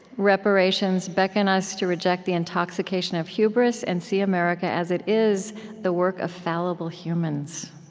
reparations beckons us to reject the intoxication of hubris and see america as it is the work of fallible humans.